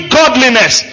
godliness